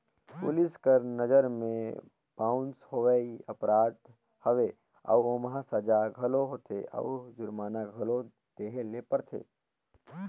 police कर नंजर में बाउंस होवई अपराध हवे अउ ओम्हां सजा घलो होथे अउ जुरमाना घलो देहे ले परथे